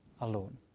alone